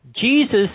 Jesus